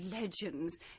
legends